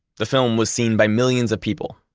the film was seen by millions of people.